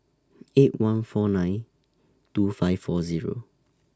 eight one four nine two five four Zero